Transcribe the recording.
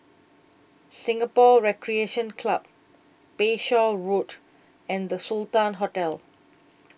Singapore Recreation Club Bayshore Road and The Sultan Hotel